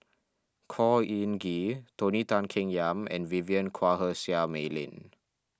Khor Ean Ghee Tony Tan Keng Yam and Vivien Quahe Seah Mei Lin